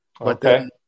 Okay